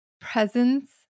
presence